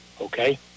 okay